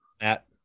Matt